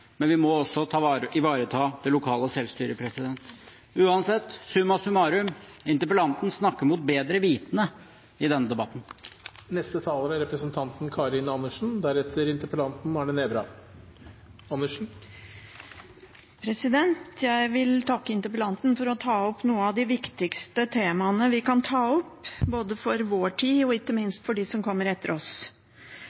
men vi må også ivareta det lokale selvstyret. Uansett – summa summarum – interpellanten snakker mot bedre vitende i denne debatten. Jeg vil takke interpellanten for å ta opp noen av de viktigste temaene vi kan ta opp, både for vår tid og ikke